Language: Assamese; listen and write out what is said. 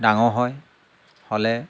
ডাঙৰ হয় হ'লে